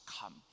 come